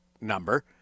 number